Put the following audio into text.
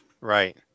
Right